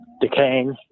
decaying